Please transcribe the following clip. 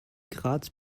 graz